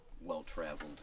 well-traveled